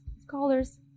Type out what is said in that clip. scholars